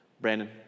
Brandon